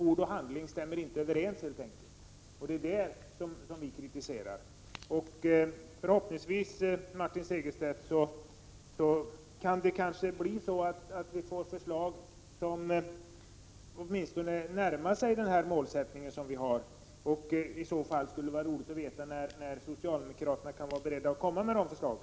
Ord och handling stämmer helt enkelt inte överens, och det är vad vi kritiserar. Förhoppningsvis, Martin Segerstedt, kan det komma förslag som åtminstone närmar sig vår målsättning. Det vore i så fall roligt att få veta när socialdemokraterna tänker lägga fram dessa förslag.